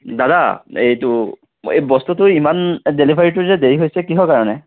দাদা এইটো এই বস্তুটো ইমান ডেলিভাৰীটো যে দেৰি হৈছে কিহৰ কাৰণে